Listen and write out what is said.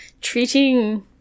treating